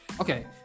Okay